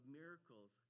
miracles